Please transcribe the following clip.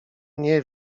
nie